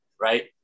right